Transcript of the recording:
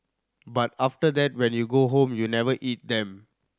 but after that when you go home you never eat them